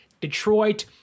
Detroit